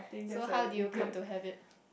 so how did you come to have it